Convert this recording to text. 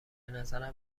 نظرم